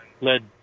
led